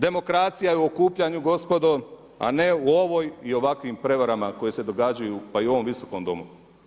Demokracija je u okupljanju gospodo, a ne u ovoj i ovakvim prevarama koje se događaju pa i u ovom Visokom domu.